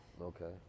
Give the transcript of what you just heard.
Okay